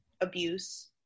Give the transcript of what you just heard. abuse